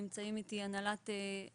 נמצאים איתי כאן הנהלת האגף,